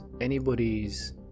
anybody's